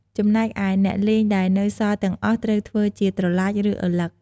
ចំណែកឯ អ្នកលេងដែលនៅសល់ទាំងអស់ត្រូវធ្វើជាត្រឡាចឬឪឡឹក។